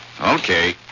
Okay